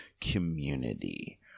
community